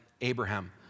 Abraham